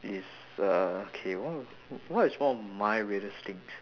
it's a K what what is one of my weirdest things